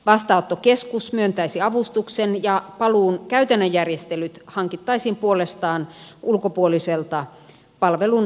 vastaanottokeskus myöntäisi avustuksen ja paluun käytännön järjestelyt hankittaisiin puolestaan ulkopuoliselta palveluntarjoajalta